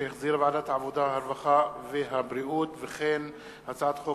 שהחזירה ועדת העבודה, הרווחה והבריאות, הצעת חוק